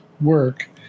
work